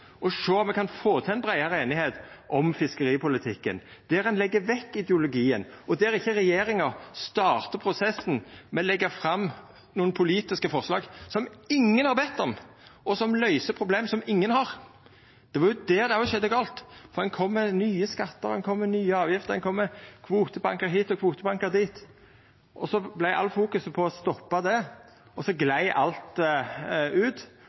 sjå om me kan få til ei breiare einigheit om fiskeripolitikken, der ein legg vekk ideologien, og der ikkje regjeringa startar prosessen med å leggja fram nokre politiske forslag som ingen har bedt om, og som løyser problem som ingen har. Det var jo der òg det skjedde noko gale, for ein kom med nye skattar, ein kom med nye avgifter, ein kom med kvotebankar hit og kvotebankar dit. Alt fokuset vart på å stoppa det, så glei alt ut,